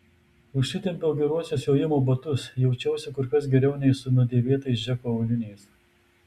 užsitempiau geruosius jojimo batus jaučiausi kur kas geriau nei su nudėvėtais džeko auliniais